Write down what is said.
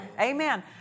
Amen